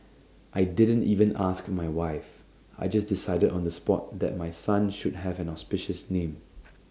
I didn't even ask my wife I just decided on the spot that my son should have an auspicious name